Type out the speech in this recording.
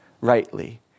rightly